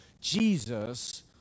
Jesus